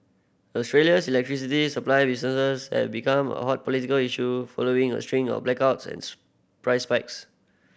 Australia's electricity supply business has become a hot political issue following a string of blackouts and price spikes